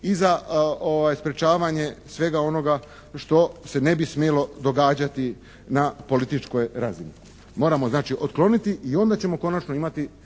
i za sprječavanje svega onoga što se ne bi smjelo događati na političkoj razini. Moramo znači otkloniti i onda ćemo konačno imati